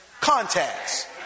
contacts